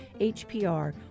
HPR